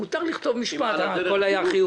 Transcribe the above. מותר גם לכתוב משפט: הכל היה חיובי.